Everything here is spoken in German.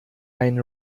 ein